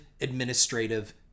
administrative